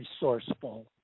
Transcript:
resourceful